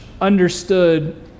understood